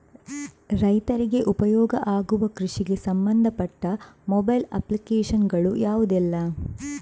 ರೈತರಿಗೆ ಉಪಯೋಗ ಆಗುವ ಕೃಷಿಗೆ ಸಂಬಂಧಪಟ್ಟ ಮೊಬೈಲ್ ಅಪ್ಲಿಕೇಶನ್ ಗಳು ಯಾವುದೆಲ್ಲ?